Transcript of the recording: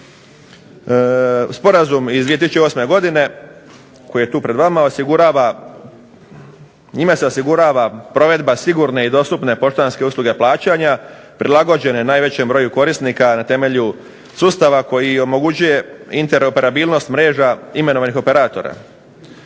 Sporazum iz 2008. godine koji je tu pred vama. Njime se osigurava provedba sigurne i dostupne poštanske usluge plaćanja prilagođene najvećem broj korisnika na temelju sustava koji omogućuje interoperabilnost mreža imenovanih operatora.